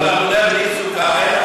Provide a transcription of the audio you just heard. כשאתה בונה בלי סוכה,